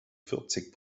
vierzig